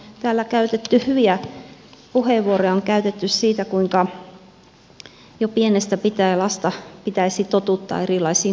täällä on käytetty hyviä puheenvuoroja siitä kuinka jo pienestä pitäen lasta pitäisi totuttaa erilaisiin makuihin